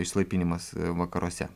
išsilaipinimas vakaruose